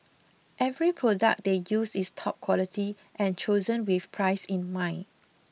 every product they use is top quality and chosen with price in mind